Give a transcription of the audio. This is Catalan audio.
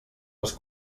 les